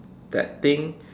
that thing